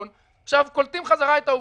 עכשיו קולטים חזרה את העובדים.